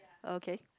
okay